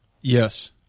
Yes